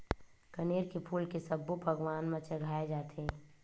कनेर के फूल के सब्बो भगवान म चघाय जाथे